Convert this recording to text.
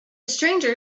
stranger